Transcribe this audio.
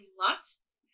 Lust